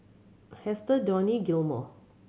Hester Donnie Gilmore